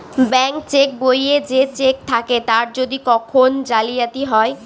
bank cheque বইয়ে যে cheque থাকে তার যদি কখন জালিয়াতি হয়